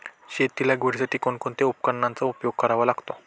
शेती लागवडीसाठी कोणकोणत्या उपकरणांचा उपयोग करावा लागतो?